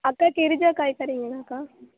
அக்கா கிரிஜா காய்கறிங்களாக்கா